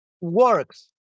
works